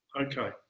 Okay